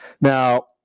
Now